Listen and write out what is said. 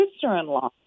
sister-in-law